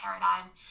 paradigm